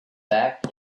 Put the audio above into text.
back